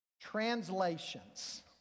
Translations